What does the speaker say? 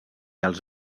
els